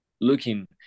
looking